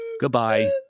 Goodbye